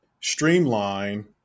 streamline